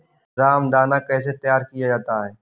रामदाना कैसे तैयार किया जाता है?